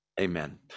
Amen